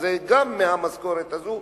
שזה גם מהמשכורת הזאת,